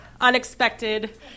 unexpected